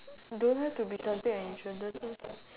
don't have to be something unusual does it